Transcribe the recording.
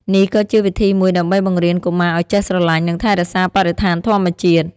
នេះក៏ជាវិធីមួយដើម្បីបង្រៀនកុមារឲ្យចេះស្រឡាញ់និងថែរក្សាបរិស្ថានធម្មជាតិ។